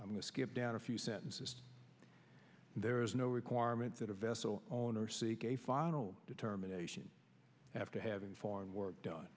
i'm going to skip down a few sentences there is no requirement that a vessel owner a final determination after having foreign work done